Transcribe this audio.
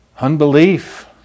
unbelief